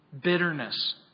bitterness